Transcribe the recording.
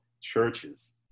churches